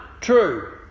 true